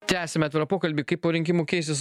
tęsiame pokalbį kaip po rinkimų keisis